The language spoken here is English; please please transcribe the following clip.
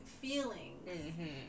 feelings